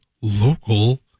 local